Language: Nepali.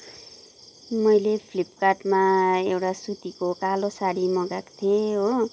मैले फ्लिपकार्डमा एउटा सुतीको कालो साडी मगाएको थिएँ हो